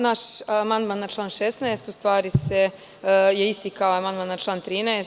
Naš amandman na član 16, u stvari je isti kao amandman na član 13.